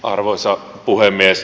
arvoisa puhemies